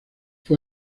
fue